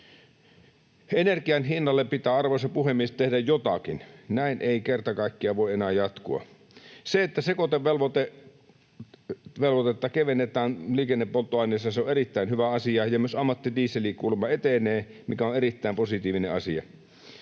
Energian hinnalle pitää, arvoisa puhemies, tehdä jotakin. Näin ei kerta kaikkiaan voi enää jatkua. Se, että sekoitevelvoitetta kevennetään liikennepolttoaineissa, on erittäin hyvä asia, ja myös ammattidiesel kuulemma etenee, mikä on erittäin positiivinen asia.